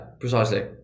precisely